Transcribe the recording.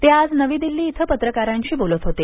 ते आज नवी दिल्ली इथं पत्रकारांशी बोलत होते